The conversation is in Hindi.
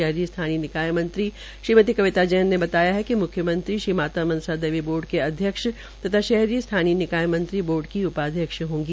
शहरी स्थानीय निकाय मंत्री श्रीमति कविता जैन ने बताया कि म्ख्यमंत्री श्री माता मनसा देवी बोर्ड के अध्यक्ष तथा शहरी स्थानीय निकाय मंत्री बोर्ड की उपा अध्यक्ष होंगी